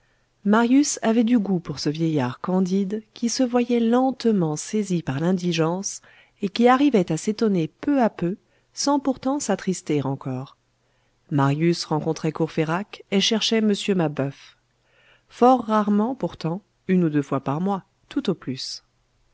marius avait du goût pour ce vieillard candide qui se voyait lentement saisi par l'indigence et qui arrivait à s'étonner peu à peu sans pourtant s'attrister encore marius rencontrait courfeyrac et cherchait m mabeuf fort rarement pourtant une ou deux fois par mois tout au plus